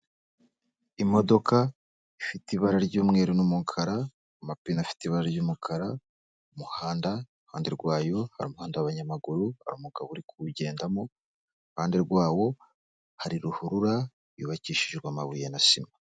Imodoka ifite ibara ry'umweru n'umukara, amapine afite ibara ry'umukara, umuhanda; iruhande rwayo hari umuhanda w'abanyamaguru, hari umugabo uri kuwugendamo, iruhande rwawo hari ruhurura yubakishijwe amabuye na sima.